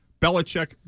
Belichick